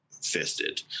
fisted